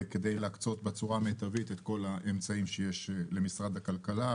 כדי להקצות בצורה המיטבית את כל האמצעים שיש למשרד הכלכלה,